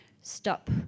stop